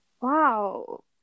Wow